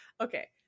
Okay